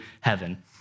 heaven